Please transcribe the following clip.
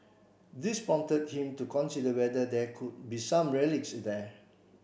this prompted him to consider whether there could be some relics there